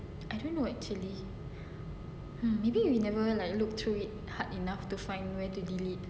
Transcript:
I don't know actually maybe we never look through it hard enough to find where to delete